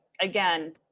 again